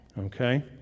Okay